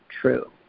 true